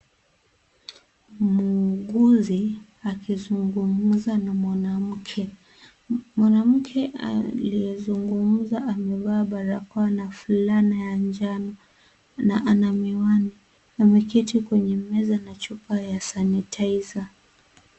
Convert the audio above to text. Muuguzi akizungumza na mwanamke ,mwanamke aliyezungumza amevaa barakoa na fulana ya njano na ana miwani ameketi kwenye meza na chupa ya sanitizer .